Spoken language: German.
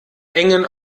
engem